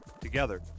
Together